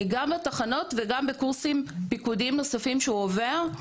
גם בתחנות וגם בקורסים פיקודיים נוספים שהוא עובר.